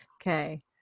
Okay